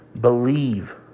believe